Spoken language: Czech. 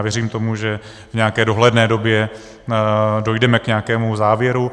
Věřím tomu, že v nějaké dohledné době dojdeme k nějakému závěru.